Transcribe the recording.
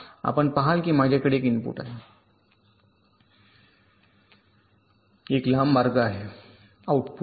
आपण पहाल की माझ्याकडे एक इनपुट आहे एक लांब मार्ग आहे आउटपुट वर